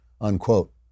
unquote